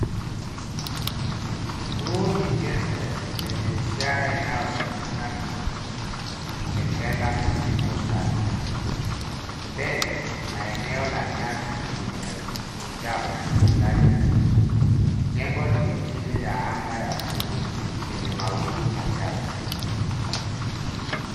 Huu ni jengo lenye ishara inayosomekana Kitengela Medical Service. Mbele na eneo la nyasi lenye uchafu fulani chini. Jengo liko chini ya anga ya buluu lenye mawingu machache.